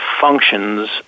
functions